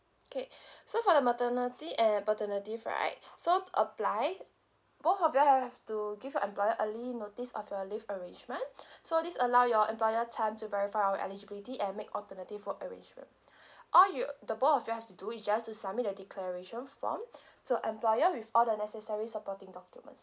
okay so for the maternity and paternity right so apply both of you all have to give your employer early notice of your leave arrangement so this allow your employer time to verify all your eligibility and make alternative for arrangement all you the both of you all have to do is just to submit the declaration form to employer with all the necessary supporting documents